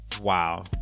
Wow